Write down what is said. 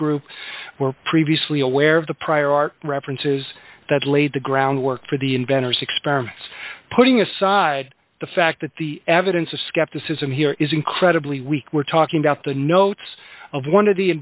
group were previously aware of the prior art references that laid the groundwork for the inventors experiments putting aside the fact that the evidence of skepticism here is incredibly weak we're talking about the notes of one of the